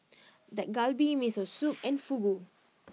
Dak Galbi Miso Soup and Fugu